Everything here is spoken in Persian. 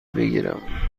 بگیرم